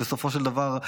בסופו של דבר,